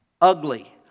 ugly